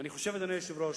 ואני חושב, אדוני היושב-ראש,